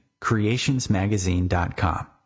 creationsmagazine.com